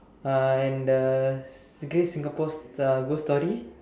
uh and the great Singapore uh ghost story